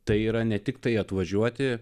tai yra ne tiktai atvažiuoti